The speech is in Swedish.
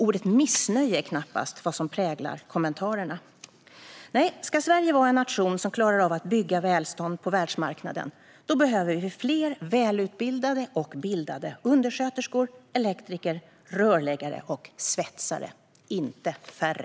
Ordet "missnöje" är knappast vad som präglar kommentarerna. Nej, ska Sverige vara en nation som klarar av att bygga välstånd på världsmarknaden behöver vi fler välutbildade och bildade undersköterskor, elektriker, rörläggare och svetsare, inte färre.